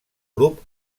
grup